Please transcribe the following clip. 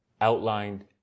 outlined